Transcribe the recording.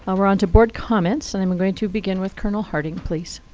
ah we're on to board comments. and i'm going to begin with colonel harting, please.